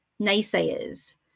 naysayers